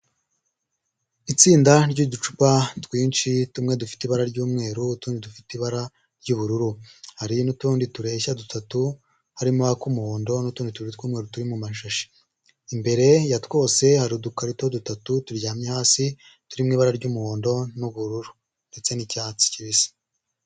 Itsinda ry'uducupa twinshi, tumwe dufite ibara ry'umweru, utundi dufite ibara ry'ubururu, hari n'utundi tureshya dutatu, harimo ak'umuhondo n'utundi tundi tw'umweru turi mu mashashi, imbere ya twose hari udukarito dutatu turyamye hasi, turi mu ibara ry'umuhondo n'ubururu ndetse n'icyatsi kibisi.